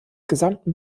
gesamten